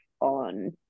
on